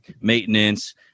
maintenance